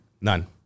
none